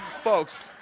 Folks